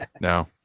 no